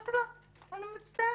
שאמרתי לו: אני מצטערת,